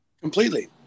Completely